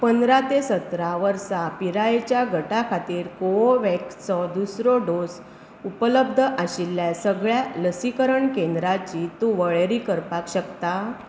पंदरा ते सतरा वर्सा पिरायेच्या गटां खातीर कोवोव्हॅक्सचो दुसरो डोस उपलब्ध आशिल्ल्या सगळ्या लसीकरण केंद्रांची तूं वळेरी करपाक शकता